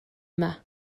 yma